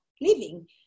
living